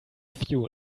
fuel